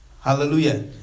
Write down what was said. Hallelujah